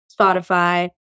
Spotify